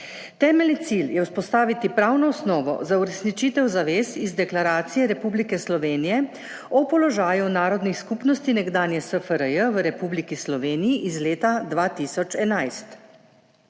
Temeljni cilj je vzpostaviti pravno osnovo za uresničitev zavez iz Deklaracije Republike Slovenije o položaju narodnih skupnosti pripadnikov narodov nekdanje SFRJ v Republiki Sloveniji iz leta 2011,